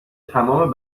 تمام